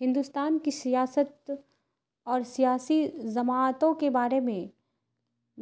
ہندوستان کی سیاست اور سیاسی جماعتوں کے بارے میں